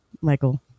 Michael